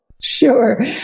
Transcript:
Sure